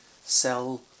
sell